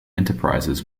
enterprises